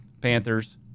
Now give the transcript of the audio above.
Panthers